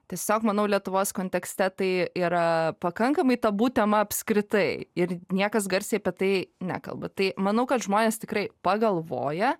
tiesiog manau lietuvos kontekste tai yra pakankamai tabu tema apskritai ir niekas garsiai apie tai nekalba tai manau kad žmonės tikrai pagalvoja